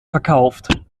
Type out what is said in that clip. verkauft